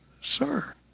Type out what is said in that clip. sir